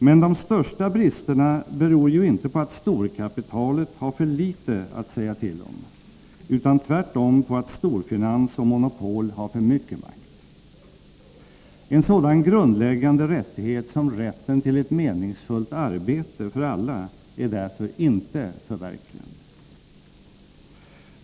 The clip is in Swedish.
Men de största bristerna beror ju inte på att storkapitalet har för litet att säga till om, utan tvärtom på att storfinans och monopol har för mycket makt. En sådan grundläggande rättighet som rätten till ett meningsfullt arbete för alla är därför inte förverkligad.